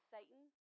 Satan